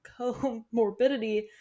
comorbidity